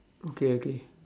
okay okay